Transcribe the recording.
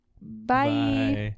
Bye